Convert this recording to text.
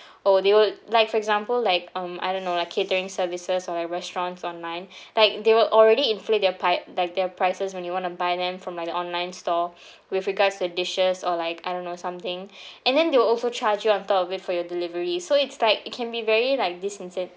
oh they will like for example like um I don't know like catering services or like restaurants online like they will already inflate their pi~ like their prices when you want to buy them from like an online store with regards the dishes or like I don't know something and then they will also charge you on top of it for your delivery so it's like it can be very like this instead